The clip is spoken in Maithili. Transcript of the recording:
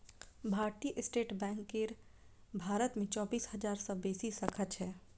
भारतीय स्टेट बैंक केर भारत मे चौबीस हजार सं बेसी शाखा छै